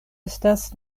estas